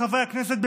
חברי הכנסת,